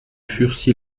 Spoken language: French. fursy